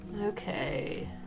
Okay